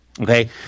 Okay